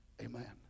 Amen